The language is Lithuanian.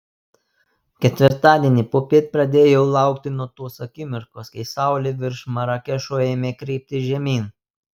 ketvirtadienį popiet pradėjau laukti nuo tos akimirkos kai saulė virš marakešo ėmė krypti žemyn